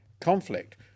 conflict